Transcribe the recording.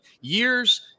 years